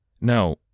Now